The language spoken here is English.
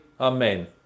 Amen